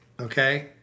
okay